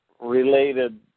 related